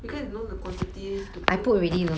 because you know the quantity to put